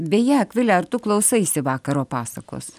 beje akvile ar tu klausaisi vakaro pasakos